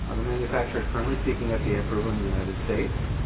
ah the manufacturer is currently seeking fda approval in the united states.